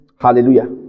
Hallelujah